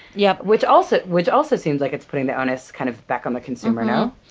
yep. which also which also seems like it's putting the onus kind of back on the consumer, no?